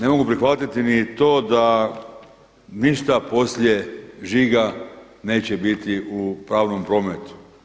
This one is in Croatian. Ne mogu prihvatiti ni to da ništa poslije žiga neće biti u pravnom prometu.